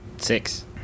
Six